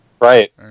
Right